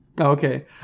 okay